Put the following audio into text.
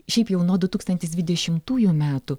šiaip jau nuo du tūkstantis dvidešimtųjų metų